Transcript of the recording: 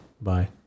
bye